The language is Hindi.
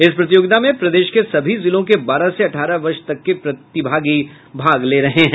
इस प्रतियोगिता में प्रदेश के सभी जिलों के बारह से अठारह वर्ष तक के प्रतियोगी भाग ले रहे हैं